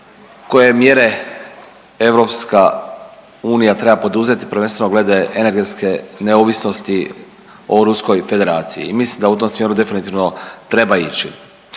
koje mjere EU treba poduzeti prvenstveno glede energetske neovisnosti o Ruskoj Federaciji. Mislim da u tom smjeru definitivno treba ići.